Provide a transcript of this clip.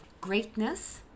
Greatness